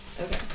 Okay